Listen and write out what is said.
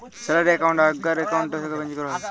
salary account আগ্কার account থ্যাকে change ক্যরা যায়